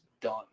done